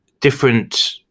different